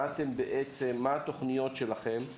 מה התוכניות שלכם?